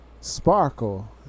Sparkle